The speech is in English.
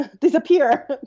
disappear